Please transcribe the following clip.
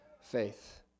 faith